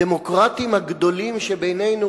הדמוקרטים הגדולים שבינינו,